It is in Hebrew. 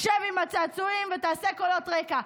שב עם הצעצועים ותעשה קולות רקע.